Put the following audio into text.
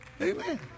Amen